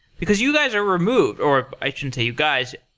because you guys are removed or i shouldn't say you guys.